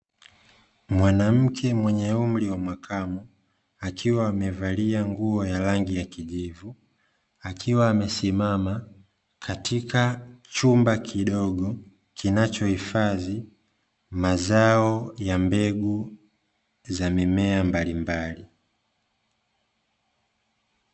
Mwanamke mwenye umri wa makamo, akiwa amevalia nguo ya rangi ya kijivu akiwa amesimama katika chumba kidogo, kinachoifadhi mazao ya mbegu za mimea mbalimbali